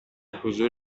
حضور